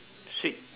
sweet